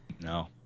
No